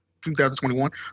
2021